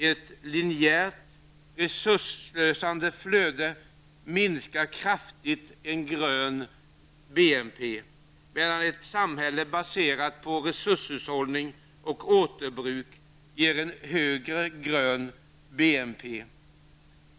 Ett linjärt, resursslösande flöde minskar kraftigt en grön BNP, medan ett samhälle baserat på resurshushållning och återbruk ger en högre grön BNP.